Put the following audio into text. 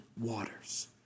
waters